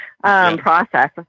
process